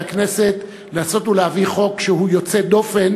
הכנסת לנסות ולהביא חוק שהוא יוצא דופן,